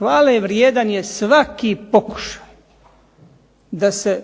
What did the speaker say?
Hvale vrijedan je svaki pokušaj da se